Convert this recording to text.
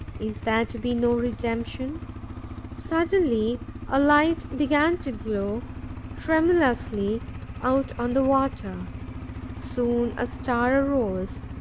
is there to be no redemption suddenly a light began to glow tremulously out on the water soon a star arose,